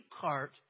cart